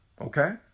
okay